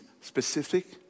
specific